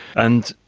and,